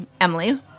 Emily